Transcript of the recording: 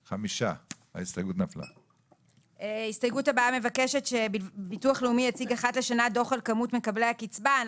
5. הצבעה לא אושר ההסתייגות נפלה.